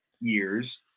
years